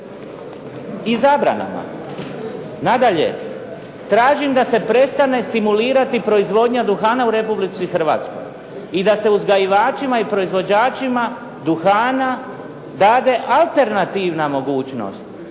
i zabranama. Nadalje, tražim da se prestane stimulirati proizvodnja duhana u Republici Hrvatskoj i da se uzgajivačima i proizvođačima duhana dade alternativna mogućnost